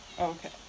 Okay